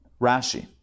Rashi